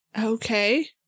Okay